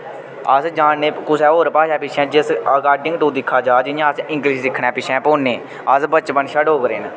अस जा ने कुसै होर भाशा पिच्छैं जिस अकार्डिंग टू दिक्खेआ जा जि'यां अस इंग्लिश सिक्खने पिच्छै न पौने अस बचपन शा डोगरे न